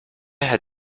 had